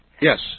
Yes